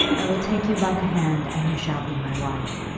i will take you by the hand, and you shall be my wife.